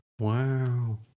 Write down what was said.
wow